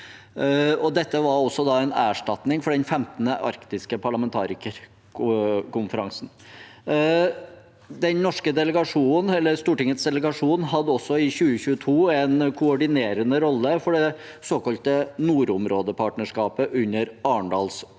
Det var også en erstatning for den 15. arktiske parlamentarikerkonferansen. Stortingets delegasjon hadde i 2022 også en koordinerende rolle for det såkalte nordområdepartnerskapet under Arendalsuka.